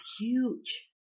huge